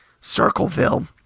Circleville